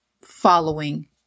following